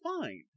fine